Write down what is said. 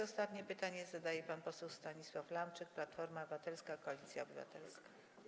Ostatnie pytanie zadaje pan poseł Stanisław Lamczyk, Platforma Obywatelska - Koalicja Obywatelska.